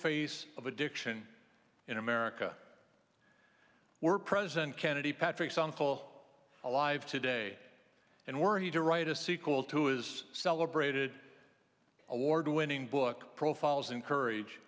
face of addiction in america were president kennedy patrick songful alive today and were he to write a sequel to is celebrated award winning book profiles in courage